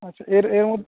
আচ্ছা এর এর